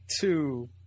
two